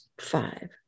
five